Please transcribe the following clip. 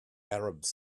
arabs